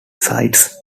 cites